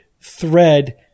thread